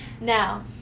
Now